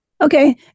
Okay